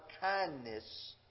kindness